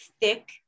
thick